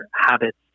habits